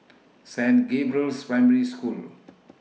Saint Gabriel's Primary School